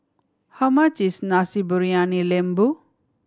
how much is Nasi Briyani Lembu